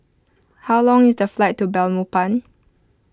how long is the flight to Belmopan